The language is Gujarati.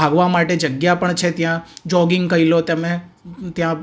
ભાગવા માટે જગ્યા પણ છે ત્યાં જોગિંગ કરી લો તમે ત્યાં